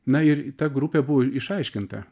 na ir ta grupė buvo išaiškinta